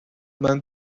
منم